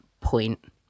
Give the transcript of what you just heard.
point